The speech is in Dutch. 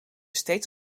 steeds